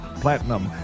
platinum